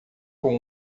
com